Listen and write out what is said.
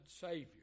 Savior